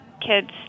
kids